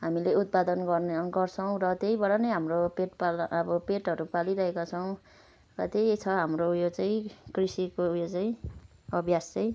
हामीले उत्पादन गर्ने गर्छौँ र त्यैबट नै हाम्रो पेट पालन अब पेटहरू पालिरहेका छौँ र त्यही छ हाम्रो उयो चाहिँ कृषिको उयो चाहिँ अभ्यास चाहिँ